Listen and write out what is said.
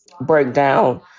breakdown